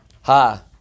Ha